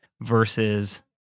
versus